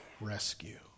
rescue